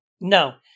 No